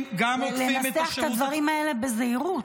את השירות ---- בלנסח את הדברים האלה בזהירות,